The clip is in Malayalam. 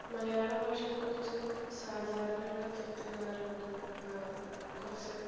മലയാള ഭാഷയെക്കുറിച്ച് സാധാരണയുള്ള തെറ്റിദ്ധാരണകൾ കുറച്ച്